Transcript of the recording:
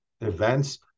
events